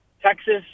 Texas